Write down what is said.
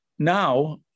Now